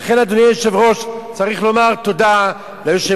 לכן, אדוני היושב-ראש, צריך לומר תודה ליושב-ראש